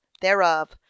thereof